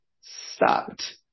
stopped